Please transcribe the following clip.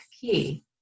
key